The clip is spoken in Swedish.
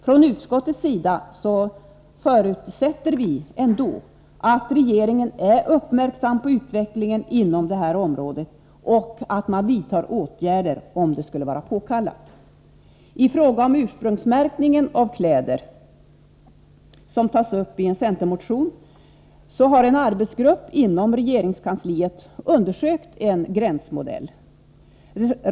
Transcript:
Från utskottets sida förutsätter vi att regeringen är uppmärksam på utvecklingen inom detta område och att det vidtas åtgärder, om sådana skulle vara påkallade. I fråga om ursprungsmärkningen av kläder, som tas uppi en centermotion, har en arbetsgrupp inom regeringskansliet undersökt en gränsmodell.